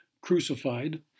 crucified